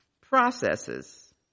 processes